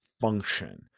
function